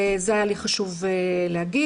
זה היה לי חשוב להגיד.